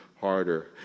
harder